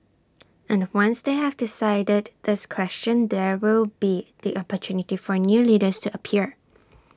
and once they have decided this question there will be the opportunity for new leaders to appear